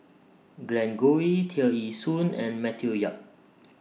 Glen Goei Tear Ee Soon and Matthew Yap